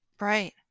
right